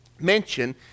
mention